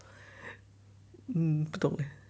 mm 不懂